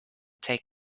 take